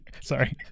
Sorry